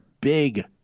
big